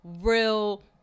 real